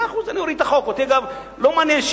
מאה אחוז, אני אוריד את החוק.